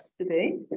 today